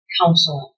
counseling